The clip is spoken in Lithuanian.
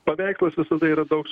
paveikslas visada yra daug